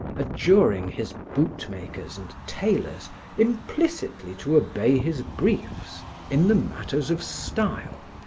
adjuring his bootmakers and tailors implicitly to obey his briefs in the matter of style,